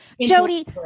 Jody